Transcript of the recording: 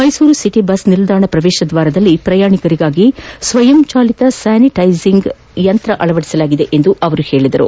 Mysuru city bus ನಿಲ್ಲಾಣ ಪ್ರವೇಶ ದ್ಲಾರದಲ್ಲಿ ಪ್ರಯಾಣಿಕರಿಗಾಗಿ ಸ್ಸಯಂಚಾಲಿತ ಸ್ಯಾನಿಟ್ಟಿಸಿಂಗ್ ಯಂತ್ರ ಅಳವಡಿಸಲಾಗಿದೆ ಎಂದು ಅವರು ಹೇಳಿದರು